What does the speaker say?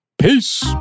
Peace